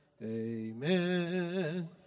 Amen